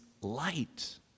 light